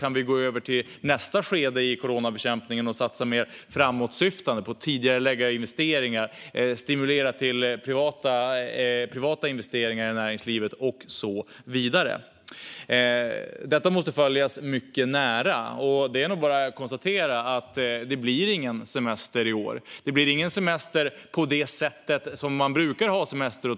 Kan vi gå över till nästa skede i coronabekämpningen och satsa mer framåtsyftande - på att tidigarelägga investeringar, stimulera till privata investeringar i näringslivet och så vidare? Detta måste följas mycket nära, och det är nog bara att konstatera att det inte blir någon semester i år. Det blir åtminstone ingen semester på det sättet man brukar ha semester.